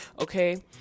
okay